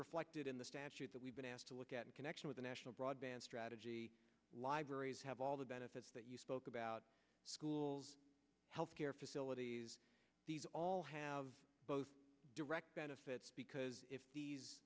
reflected in the statute that we've been asked to look at in connection with a national broadband strategy libraries have all the benefits that you spoke about schools health care facilities these all have both direct benefits because if